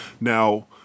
Now